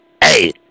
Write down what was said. Hey